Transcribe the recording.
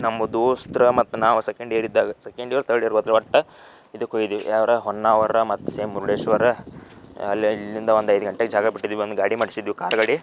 ನಮ್ಮ ದೋಸ್ತ್ರ ಮತ್ತೆ ನಾವು ಸೆಕೆಂಡ್ ಇಯರ್ ಇದ್ದಾಗ ಸೆಕೆಂಡ್ ಇಯರ್ ತರ್ಡ್ ಗೊತ್ತಿಲ್ಲ ಒಟ್ಟು ಇದಕ್ಕೆ ಹೋಗಿದ್ವಿ ಯಾವೂರ ಹೊನ್ನಾವರ ಮತ್ತು ಸೇಮ್ ಮುರುಡೇಶ್ವರ ಅಲ್ಲಿ ಅಲ್ಲಿಂದ ಒಂದು ಐದು ಗಂಟೆಗೆ ಜಾಗ ಬಿಟ್ಟಿದ್ವಿ ಒಂದು ಗಾಡಿ ಮಾಡ್ಶಿದ್ವ ಕಾರ್ ಗಾಡಿ